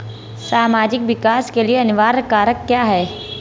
सामाजिक विकास के लिए अनिवार्य कारक क्या है?